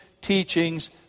teachings